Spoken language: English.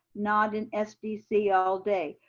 not in sdc all day.